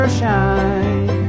shine